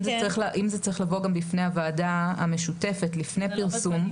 אם זה צריך לבוא גם בפני הוועדה המשותפת לפני הפרסום,